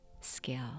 skill